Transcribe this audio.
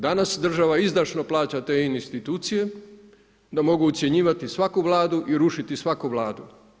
Danas država izdašno plaća te institucije, da mogu ucjenjivati svaku vladu i rušiti svaku vladu.